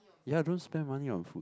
ya don't spend money on food